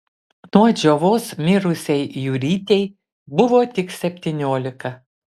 nuo džiovos mirusiai jurytei buvo tik septyniolika